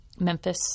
Memphis